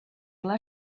pla